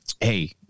Hey